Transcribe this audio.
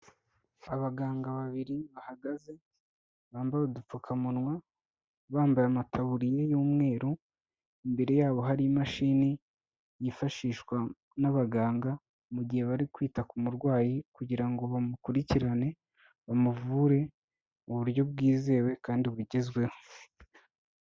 Abaganga babiri bahagaze, bambaye udupfukamunwa, bambaye amataburiya y'umweru, imbere yabo hari imashini yifashishwa n'abaganga mu gihe bari kwita ku murwayi kugira ngo bamukurikirane, bamuvure mu buryo bwizewe kandi bugezweho.